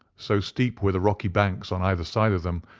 so steep were the rocky banks on either side of them,